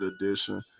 Edition